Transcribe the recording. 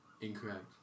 Incorrect